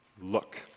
look